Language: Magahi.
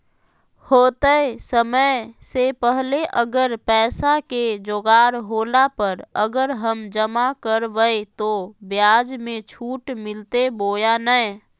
होतय समय से पहले अगर पैसा के जोगाड़ होला पर, अगर हम जमा करबय तो, ब्याज मे छुट मिलते बोया नय?